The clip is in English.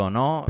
no